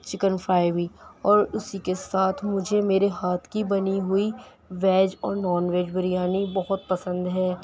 chicken fry بھی اور اُسی کے ساتھ مجھے میرے ہاتھ کی بنی ہوئی ویج اور نان ویج بریانی بہت پسند ہے